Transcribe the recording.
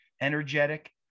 energetic